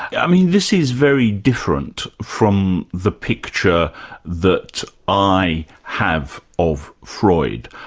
i mean, this is very different from the picture that i have of freud.